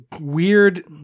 weird